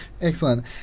Excellent